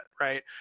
right